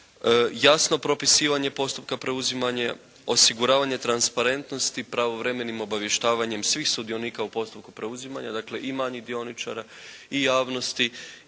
Jasno propisivanje postupka preuzimanja, osiguravanja transparentnosti pravovremenim obavještavanjem svih sudionika u postupku preuzimanja. Dakle, i manjih dioničara i javnosti